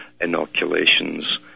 inoculations